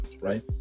right